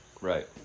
Right